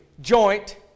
joint